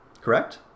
correct